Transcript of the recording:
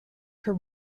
her